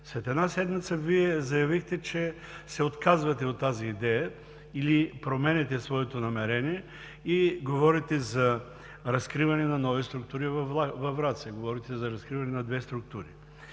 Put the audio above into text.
След една седмица Вие заявихте, че се отказвате от тази идея, или променяте своето намерение, и говорите за разкриване на нови структури във Враца, говорите за разкриване на две структури.